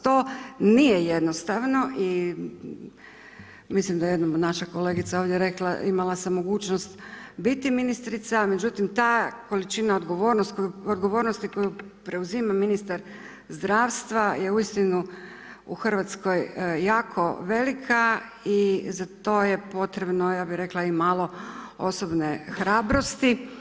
To nije jednostavno i mislim da jednom naša kolegica ovdje rekla imala sam mogućnost biti ministrica, međutim ta količina odgovornosti koju preuzima ministar zdravstva je uistinu u RH jako velika i za to je potrebno, ja bi rekla, i malo osobne hrabrosti.